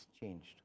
changed